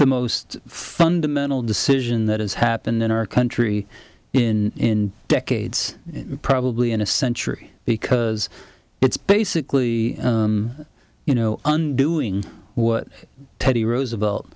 the most fundamental decision that has happened in our country in decades probably in a century because it's basically you know undoing what teddy roosevelt